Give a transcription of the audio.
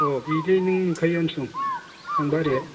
औ बेदि नों नुखायोआनो सम थांबा ओरैहाय